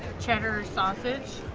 cheddar sausage!